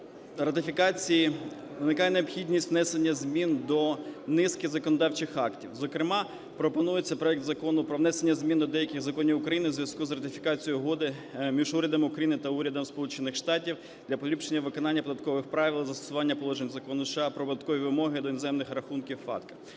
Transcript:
ратифікації виникає необхідність внесення змін до низки законодавчих актів, зокрема пропонується проект Закону про внесення змін до деяких законів України у зв'язку з ратифікацією Угоди між Урядом України та Урядом Сполучених Штатів Америки для поліпшення виконання податкових правил й застосування положень Закону США "Про податкові вимоги до іноземних рахунків"